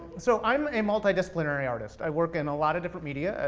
so i'm a multi disciplinary artist. i work in a lot of different media,